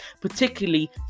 particularly